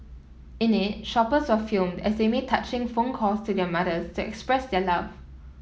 in it shoppers were filmed as they made touching phone calls to their mothers to express their love